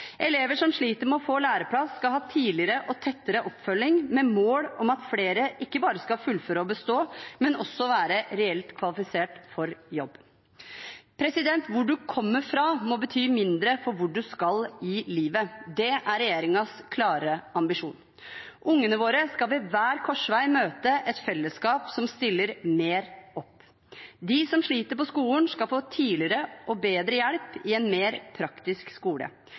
Elever som sliter med å få læreplass, skal ha tidligere og tettere oppfølging, med mål om at flere ikke bare skal fullføre og bestå, men også være reelt kvalifisert for jobb. Hvor man kommer fra, må bety mindre for hvor man skal i livet. Det er regjeringens klare ambisjon. Ungene våre skal ved hver korsvei møte et fellesskap som stiller mer opp. De som sliter på skolen, skal få tidligere og bedre hjelp i en mer praktisk skole.